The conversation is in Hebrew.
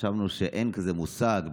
חשבנו שאין כזה מושג,